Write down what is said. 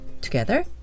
together